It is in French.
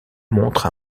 montre